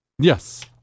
Yes